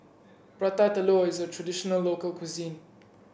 Prata Telur is a traditional local cuisine